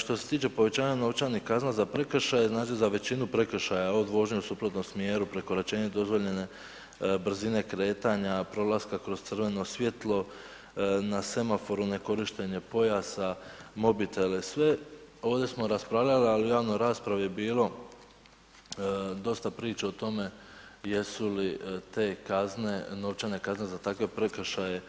Što se tiče povećanja novčanih kazna za prekršaje, znači za većinu prekršaja od vožnje u suprotnom smjeru, prekoračenje dozvoljene brzine kretanja, prolaska kroz crveno svjetlo na semaforu, nekorištenje pojasa, mobitele, sve ovdje smo raspravljali, ali u javnoj raspravi je bilo dosta priče o tome jesu li te kazne, novčane kazne za takve prekršaje